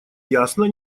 ясно